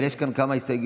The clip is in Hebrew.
אבל יש כאן כמה הסתייגויות.